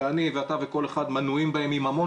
שאני ואתה וכל אחד אחר מנויים בהם עם המון